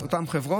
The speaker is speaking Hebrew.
של אותן חברות,